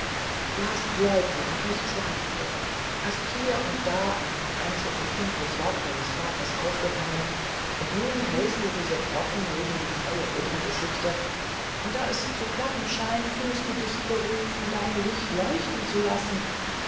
du hast läuten und nicht schlagen hören hast hier und da ein vereinzeltes dunkles wort deines vaters aufgefangen und nun hältst du diese brocken neben die neue wundergeschichte und da es zu klappen scheint fühlst du dich berufen dein licht leuchten zu lassen